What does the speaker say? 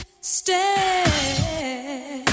stay